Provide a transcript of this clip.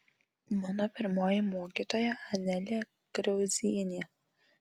mano pirmoji mokytoja anelė kriauzienė